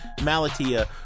Malatia